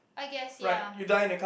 I guess ya